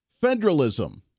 Federalism